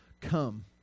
come